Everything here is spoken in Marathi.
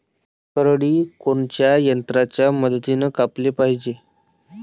करडी कोनच्या यंत्राच्या मदतीनं कापाले पायजे?